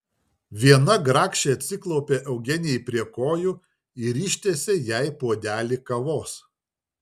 viena grakščiai atsiklaupė eugenijai prie kojų ir ištiesė jai puodelį kavos